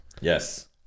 Yes